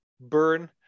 burn